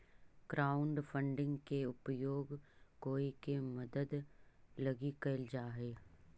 crowdfunding के उपयोग कोई के मदद लगी कैल जा हई